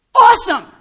awesome